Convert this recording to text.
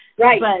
Right